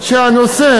הנושא